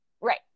Right